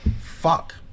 fuck